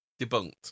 debunked